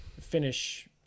finish